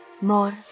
More